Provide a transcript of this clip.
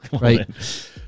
Right